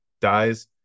dies